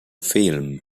film